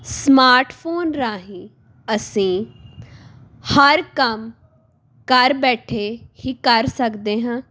smartphone ਰਾਹੀ ਅਸੀਂ ਹਰ ਕੰਮ ਘਰ ਬੈਠੇ ਹੀ ਕਰ ਸਕਦੇ ਹਾਂ